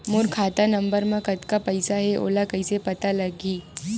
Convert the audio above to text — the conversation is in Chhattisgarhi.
मोर खाता नंबर मा कतका पईसा हे ओला कइसे पता लगी?